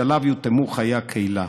שאליו יותאמו חיי הקהילה.